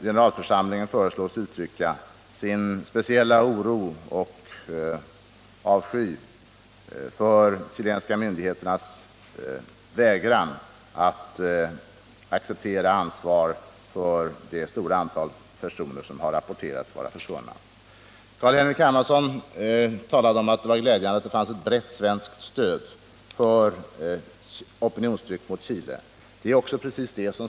Generalförsamlingen föreslås uttrycka sin speciella oro och avsky för de chilenska myndigheternas vägran att acceptera ansvaret för det stora antal personer som har rapporterats försvunna. Carl-Henrik Hermansson sade att det var glädjande att det finns ett brett svenskt stöd för opinionstrycket mot Chile.